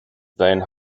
sein